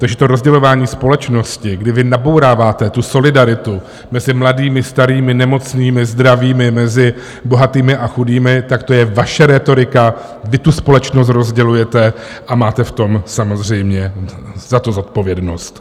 Takže to rozdělování společnosti, kdy vy nabouráváte tu solidaritu mezi mladými, starými, nemocnými, zdravými, mezi bohatými a chudými, tak to je vaše rétorika, vy tu společnost rozdělujete a máte samozřejmě za to zodpovědnost.